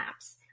apps